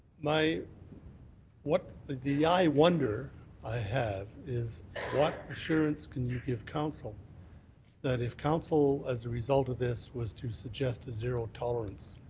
my what the the wonder i have is what assurance can you give council that if council, as a result of this, was to suggest a zero tolerance